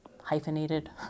hyphenated